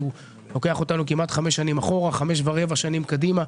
ההסכם הזה לוקח אותנו כמעט חמש שנים אחורה וחמש ורבע שנים קדימה.